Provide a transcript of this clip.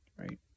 right